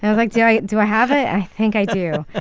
i was like, do yeah i do i have it? i think i do.